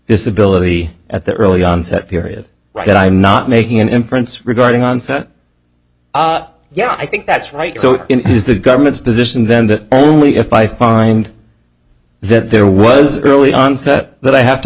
disability at the early onset period right i'm not making an inference regarding onset yeah i think that's right so is the government's position then that only if i find that there was early onset that i have to